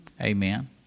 Amen